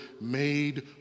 made